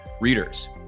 readers